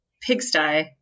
Pigsty